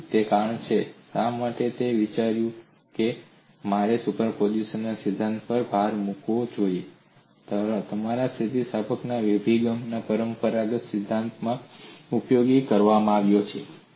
તેથી તે કારણ છે શા માટે મેં વિચાર્યું કે મારે સુપરપોઝિશનના સિદ્ધાંત પર ભાર મૂકવો જોઈએ તમારા સ્થિતિસ્થાપકતાના અભિગમના પરંપરાગત સિદ્ધાંતમાં પણ તેનો ઉપયોગ કરવામાં આવ્યો છે